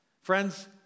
Friends